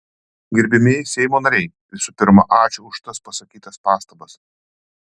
gerbiamieji seimo nariai visų pirma ačiū už tas pasakytas pastabas